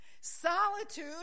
Solitude